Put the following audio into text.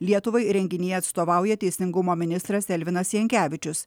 lietuvai renginyje atstovauja teisingumo ministras elvinas jankevičius